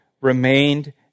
remained